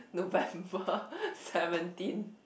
November seventeen